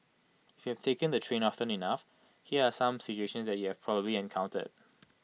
if you've taken the train often enough here are some situations that you'd have probably encountered